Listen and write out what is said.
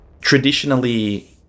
traditionally